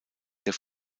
der